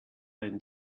and